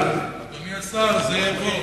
אדוני השר, זה יבוא.